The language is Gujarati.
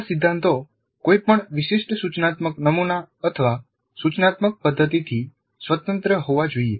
આ સિદ્ધાંતો કોઈપણ વિશિષ્ટ સૂચનાત્મક નમુના અથવા સૂચનાત્મક પદ્ધતિથી સ્વતંત્ર હોવા જોઈએ